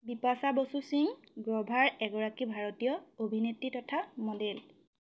বিপাছা বচু সিং গ্ৰ'ভাৰ এগৰাকী ভাৰতীয় অভিনেত্ৰী তথা মডেল